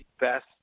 best